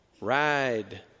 Ride